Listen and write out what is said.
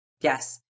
yes